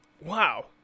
Wow